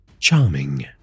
Charming